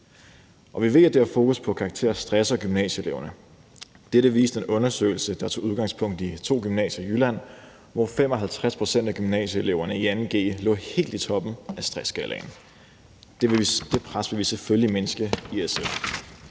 Vi ved, at det her fokus på karakterer stresser gymnasieeleverne. Dette viste en undersøgelse, der tog udgangspunkt i to gymnasier i Jylland, hvor 55 pct. af gymnasieeleverne i 2. g lå helt i toppen af stressskalaen. Det pres vil vi selvfølgelig mindske i SF.